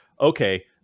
okay